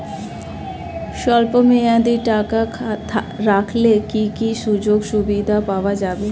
স্বল্পমেয়াদী টাকা রাখলে কি কি সুযোগ সুবিধা পাওয়া যাবে?